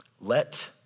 Let